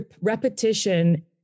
repetition